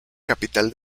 capital